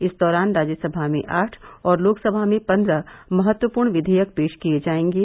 इस दौरान राज्यसभा में आठ और लोकसभा में पन्द्रह महत्वपूर्ण विघेयक पेश किए जाएंगे